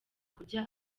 kujya